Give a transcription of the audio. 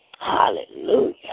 Hallelujah